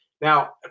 Now